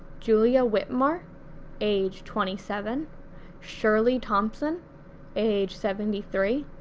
julia whitmore age twenty seven shirley thompson age seventy three,